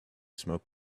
smoke